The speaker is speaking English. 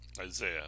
Isaiah